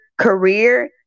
Career